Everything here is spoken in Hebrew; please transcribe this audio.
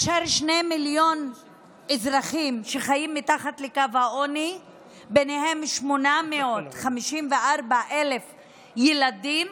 ששני מיליון אזרחים, ובהם 854,000 ילדים,